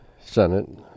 Senate